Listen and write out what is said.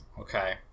okay